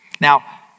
Now